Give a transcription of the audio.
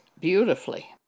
beautifully